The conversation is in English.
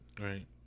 Right